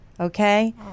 Okay